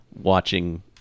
watching